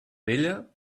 vella